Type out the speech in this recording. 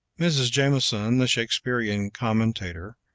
mrs. jameson, the shakespearean commentator,